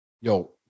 yo